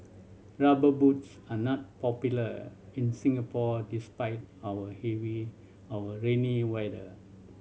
Rubber Boots are not popular in Singapore despite our our rainy weather